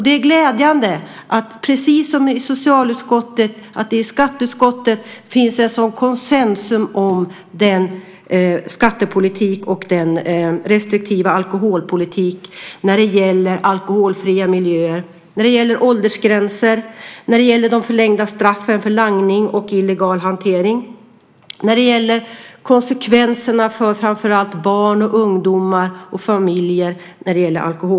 Det är glädjande att det i skatteutskottet, precis som i socialutskottet, finns en sådan konsensus om skattepolitiken och den restriktiva alkoholpolitiken när det gäller alkoholfria miljöer, åldersgränser, förlängda straff för langning och illegal hantering samt alkoholkonsumtionens konsekvenser för framför allt barn, ungdomar och familjer.